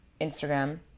Instagram